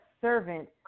servant